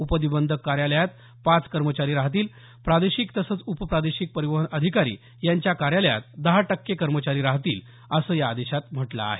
उपनिबंधक कार्यालयात पाच कर्मचारी राहतील प्रादेशिक तसंच उपप्रादेशिक परीवहन अधिकारी यांच्या कार्यालयात दहा टक्के कर्मचारी राहतील असं आदेशात म्हटलं आहे